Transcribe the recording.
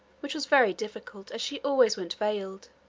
which was very difficult, as she always went veiled.